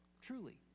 truly